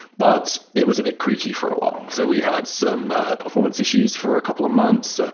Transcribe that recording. but it was a big creaky for a while. so we had some performance issues for a couple of months. ah